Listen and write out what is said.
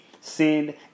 send